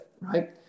right